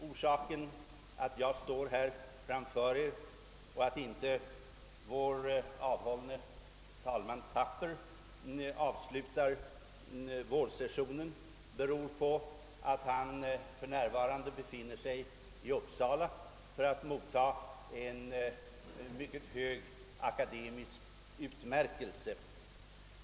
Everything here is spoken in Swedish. Orsaken till att jag och inte vår avhållne talman Thapper står här framför er och avslutar vårsessionen är att talman Thapper befinner sig i Uppsala för att mottaga en mycket hög akademisk utmärkelse.